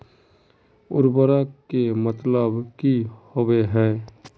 उर्वरक के मतलब की होबे है?